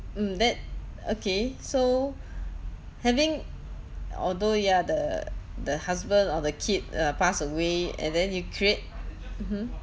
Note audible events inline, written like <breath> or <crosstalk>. mm that okay so <breath> having although ya the the husband or the kid uh passed away and then you create mmhmm